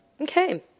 Okay